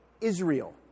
Israel